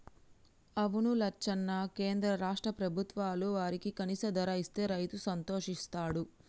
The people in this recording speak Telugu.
అవును లచ్చన్న కేంద్ర రాష్ట్ర ప్రభుత్వాలు వారికి కనీస ధర ఇస్తే రైతు సంతోషిస్తాడు